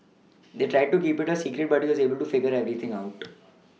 they tried to keep it a secret but he was able to figure everything out